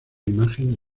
imagen